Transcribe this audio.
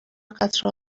قطره